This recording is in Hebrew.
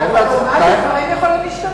לעומת זאת, דברים יכולים להשתנות,